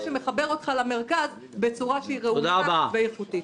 שמחבר אותך למרכז בצורה ראויה ואיכותית.